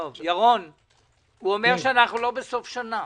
הוא אומר שאנחנו לא בסוף שנה,